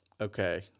okay